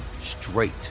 straight